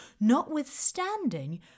notwithstanding